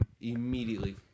immediately